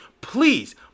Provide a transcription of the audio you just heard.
please